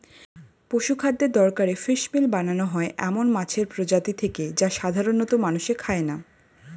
পশুখাদ্যের দরকারে ফিসমিল বানানো হয় এমন মাছের প্রজাতি থেকে যা সাধারনত মানুষে খায় না